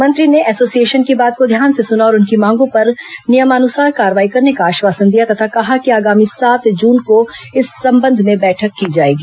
मंत्री ने एसोसिएशन की बात को ध्यान से सुना और उनकी मांगों पर नियमानुसार कार्रवाई करने का आश्वासन दिया तथा कहा कि आगामी सात जून को इस संबंध में बैठक की जाएगी